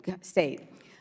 state